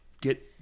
get